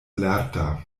lerta